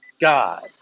God